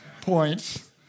points